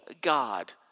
God